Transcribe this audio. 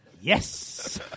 Yes